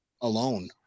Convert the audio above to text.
alone